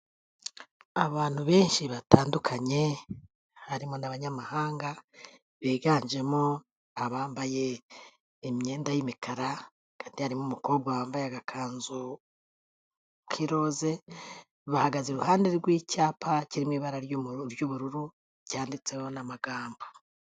Abantu benshi batandukanye, harimo n'abanyamahanga biganjemo abambaye imyenda y'imikara, kandi harimo umukobwa wambaye agakanzu k'irose, bahagaze iruhande rw'icyapa kirimo ibara ry'ubururu ryanditseho n'amagambo.